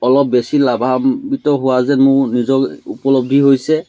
অলপ বেছি লাভাম্বিত হোৱা যেন মোৰ নিজকে উপলব্ধি হৈছে